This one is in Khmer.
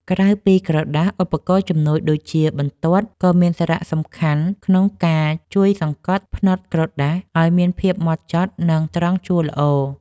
ក្រៅពីក្រដាស ឧបករណ៍ជំនួយដូចជាបន្ទាត់ ក៏មានសារៈសំខាន់ក្នុងការជួយសង្កត់ផ្នត់ក្រដាសឱ្យមានភាពហ្មត់ចត់ និងត្រង់ជួរល្អ។